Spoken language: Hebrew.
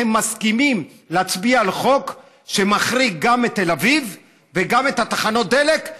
הם מסכימים להצביע על חוק שמחריג גם את תל אביב וגם את תחנות הדלק,